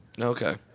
Okay